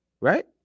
Right